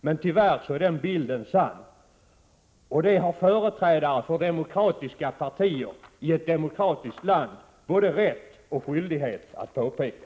Men tyvärr är den bilden sann — och det har företrädare för demokratiska partier i ett demokratiskt land både rätt och skyldighet att påpeka.